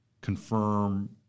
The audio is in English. confirm